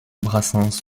brassens